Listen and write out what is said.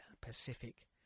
Pacific